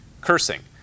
cursing